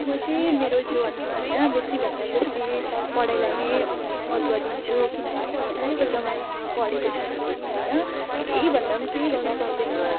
म चाहिँ मेरो जीवनमा होइन बेसीभन्दा बेसी पढाइलाई नै महत्त्व दिन्छु किनभने अहिलेको जमानामा पढेको छैन भने होइन केही भन्दा पनि केही गर्नुसक्दैन